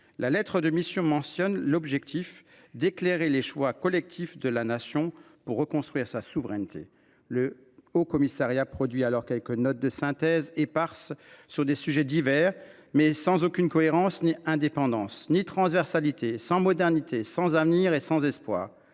La lettre de mission mentionne l’objectif d’« éclairer les choix collectifs que la Nation aura à prendre pour […] reconstruire sa souveraineté ». Le Haut Commissariat produit donc quelques notes de synthèse éparses sur des sujets divers, sans aucune cohérence ni indépendance, sans transversalité ni modernité, sans avenir ni espoir.